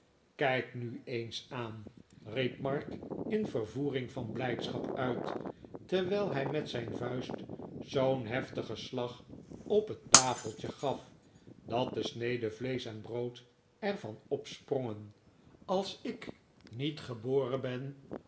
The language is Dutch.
kijk nu eens aan riep mark in vervoering van blijdschap uit terwijl hij met zijn vuist zoo'n heftigen slag op het tafeltje gaf dat de sneden vleesch en brood er van opsprongen als ik niet geboren ben